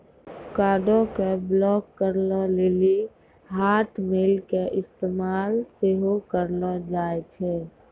कार्डो के ब्लाक करे लेली हाटमेल के इस्तेमाल सेहो करलो जाय छै